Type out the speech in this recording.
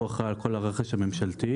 הוא אחראי על כל הרכש הממשלתי,